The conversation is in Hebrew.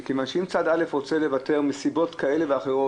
מכוון שאם צד א' רוצה לוותר מסיבות כאלה ואחרות